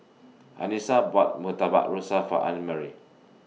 Anissa bought Murtabak Rusa For Annmarie